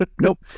Nope